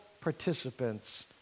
participants